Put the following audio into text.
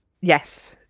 yes